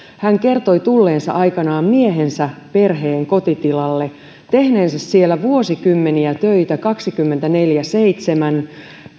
hän kertoi tulleensa aikanaan miehensä perheen kotitilalle tehneensä siellä vuosikymmeniä töitä kaksikymmentäneljä kautta seitsemän